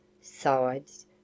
sides